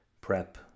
prep